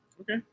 Okay